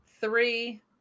three